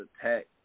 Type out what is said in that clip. attack